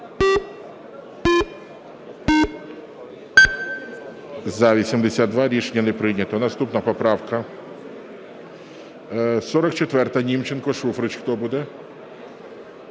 За-82 Рішення не прийнято. Наступна поправка 44-а, Німченко, Шуфрич. Хто буде?